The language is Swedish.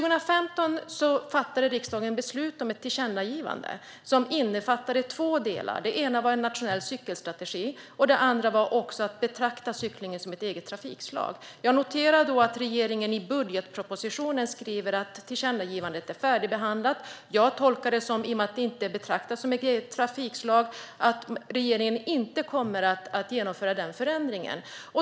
2015 fattade riksdagen beslut om ett tillkännagivande som innefattade två delar. Den ena var en nationell cykelstrategi, och den andra var att betrakta cykling som ett eget trafikslag. Jag noterar att regeringen i budgetpropositionen skriver att tillkännagivandet är färdigbehandlat. I och med att cykling inte betraktas som ett eget trafikslag tolkar jag detta som att regeringen inte kommer att genomföra den förändringen.